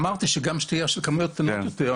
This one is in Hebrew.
אמרתי שגם שתייה של כמויות קטנות יותר,